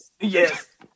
Yes